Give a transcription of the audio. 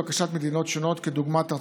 אני כמובן עומד לרשותך בכל דבר ועניין.